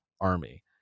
army